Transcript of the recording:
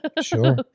Sure